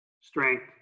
strength